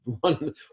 one